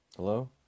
Hello